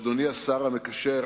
אדוני השר המקשר,